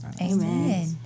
Amen